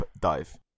dive